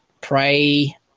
pray